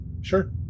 sure